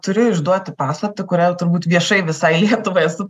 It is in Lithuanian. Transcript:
turiu išduoti paslaptį kurią jau turbūt viešai visai lietuvai esu